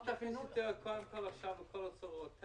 אל תעדכנו אותי עכשיו בכל הצרות.